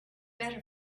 better